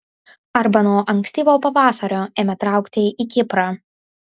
arba nuo ankstyvo pavasario ėmė traukti į kiprą